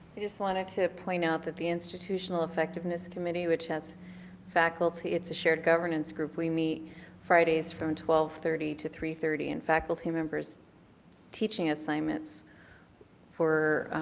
i just wanted to point out that the institutional effectiveness committee which has faculty, it's a shared governance group, we meet friday's from twelve thirty to three thirty and faculty members teaching assignments for,